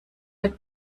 mit